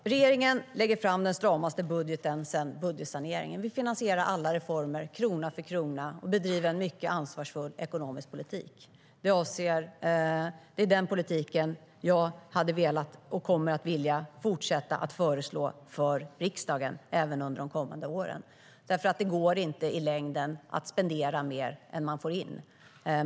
Herr talman! Regeringen lägger fram den stramaste budgeten sedan budgetsaneringen. Vi finansierar alla reformer krona för krona och bedriver en mycket ansvarsfull ekonomisk politik. Det är den politiken jag hade velat och kommer att vilja fortsätta att föreslå för riksdagen även under de kommande åren. Det går nämligen inte i längden att spendera mer än man får in.